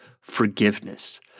forgiveness